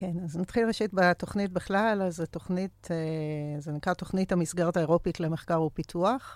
כן, אז נתחיל ראשית בתוכנית בכלל, אז התוכנית, זה נקרא תוכנית המסגרת האירופית למחקר ופיתוח.